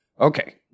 Okay